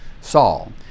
Saul